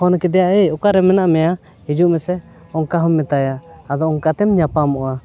phone ᱠᱮᱫᱮᱭᱟ ᱮ ᱚᱠᱟᱨᱮ ᱢᱮᱱᱟᱜ ᱢᱮᱭᱟ ᱦᱤᱡᱩᱜ ᱢᱮᱥᱮ ᱚᱱᱠᱟ ᱦᱚᱸ ᱢᱮᱛᱟᱭᱟ ᱟᱫᱚ ᱚᱱᱠᱟᱛᱮᱢ ᱧᱟᱯᱟᱢᱚᱜᱼᱟ